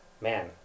man